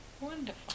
Wonderful